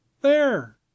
There